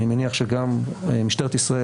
אני מניח שגם משטרת ישראל,